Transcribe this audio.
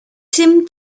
tim